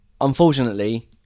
unfortunately